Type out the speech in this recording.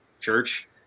church